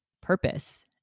purpose